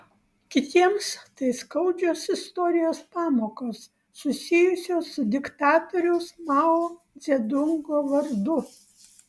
kitiems tai skaudžios istorijos pamokos susijusios su diktatoriaus mao dzedungo vardu